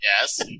Yes